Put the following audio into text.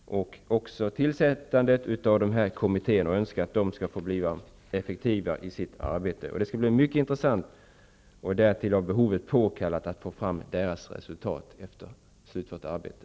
Jag önskar att de kommittéer som nu tillsatts skall bli effektiva i sitt arbete. Det skall bli mycket intressant -- därtill av behovet påkallat -- att få fram deras resultat efter slutfört arbete.